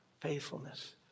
faithfulness